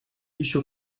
еще